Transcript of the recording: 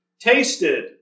tasted